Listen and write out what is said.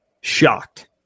Shocked